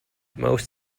most